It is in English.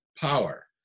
power